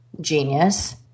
genius